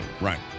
Right